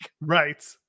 Right